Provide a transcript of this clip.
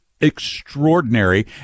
extraordinary